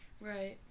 Right